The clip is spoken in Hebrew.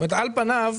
על פניו,